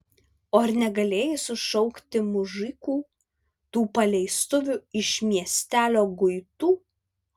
o ar negalėjai sušaukti mužikų tų paleistuvių iš miestelio guitų